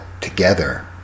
together